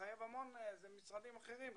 אלה משרדים אחרים בכלל.